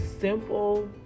simple